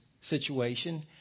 situation